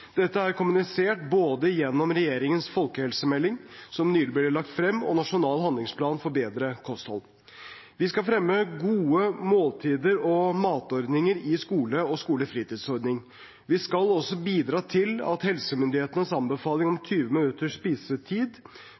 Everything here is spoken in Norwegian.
Dette er kommunisert gjennom både regjeringens folkehelsemelding, som nylig ble lagt frem, og Nasjonal handlingsplan for bedre kosthold. Vi skal fremme gode måltider og matordninger i skole og skolefritidsordning. Vi skal også bidra til at helsemyndighetenes anbefaling om 20